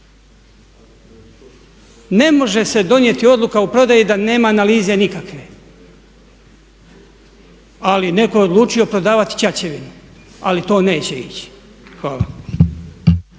Ne može se donijeti odluka o prodaji da nema analize nikakve, ali netko je odlučio prodavati čačevinu ali to neće ići. Hvala.